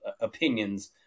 opinions